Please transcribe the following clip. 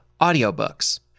audiobooks